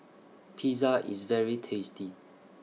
Pizza IS very tasty